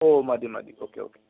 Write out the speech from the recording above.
ഓ മതി മതി okay okay